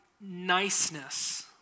niceness